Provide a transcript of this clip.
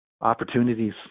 opportunities